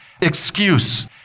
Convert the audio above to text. excuse